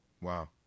Wow